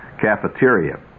cafeteria